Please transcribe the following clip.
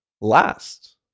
last